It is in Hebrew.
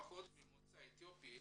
המשפחות ממוצא אתיופי